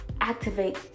activate